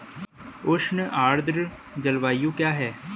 उष्ण आर्द्र जलवायु क्या है?